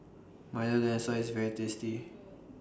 Milo Dinosaur IS very tasty